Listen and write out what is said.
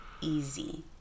easy